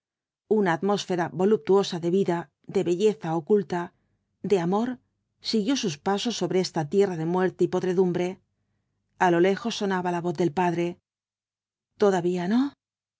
una atmósfera voluptuosa de vida de belleza oculta de amor siguió sus pasos sobre esta tierra de muerte y podredumbre a lo lejos sonaba la voz del padre todavía no